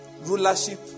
rulership